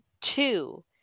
two